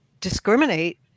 discriminate